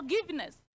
forgiveness